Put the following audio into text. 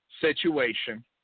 Situation